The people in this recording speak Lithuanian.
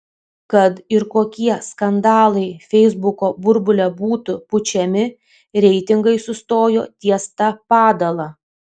kad ir kokie skandalai feisbuko burbule būtų pučiami reitingai sustojo ties ta padala